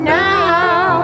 now